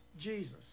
Jesus